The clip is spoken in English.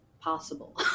possible